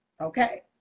Okay